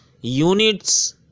units